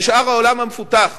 בשאר העולם המפותח: